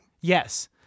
Yes